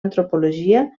antropologia